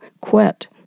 quit